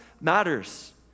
matters